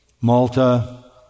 Malta